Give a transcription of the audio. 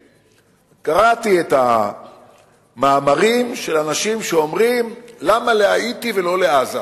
קראתי את המאמרים של אנשים שאומרים למה להאיטי ולא לעזה.